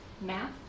math